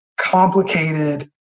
complicated